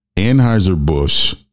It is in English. Anheuser-Busch